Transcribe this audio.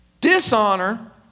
dishonor